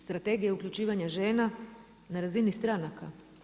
Strategija uključivanja žena na razini stranaka.